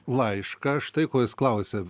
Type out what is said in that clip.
laišką štai ko jis klausia